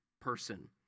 person